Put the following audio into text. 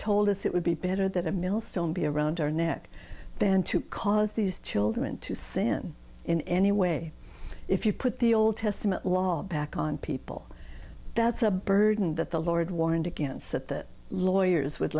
told us it would be better that a millstone be around our neck than to cause these children to sin in any way if you put the old testament law back on people that's a burden that the lord warned against that the lawyers would